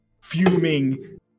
fuming